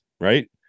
right